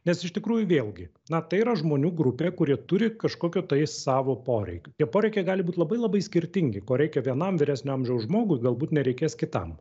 nes iš tikrųjų vėlgi na tai yra žmonių grupė kurie turi kažkokių tai savo poreikių tie poreikiai gali būti labai labai skirtingi ko reikia vienam vyresnio amžiaus žmogui galbūt nereikės kitam